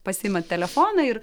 pasiimat telefoną ir